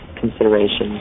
considerations